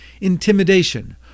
...intimidation